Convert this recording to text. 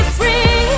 free